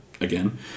again